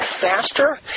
faster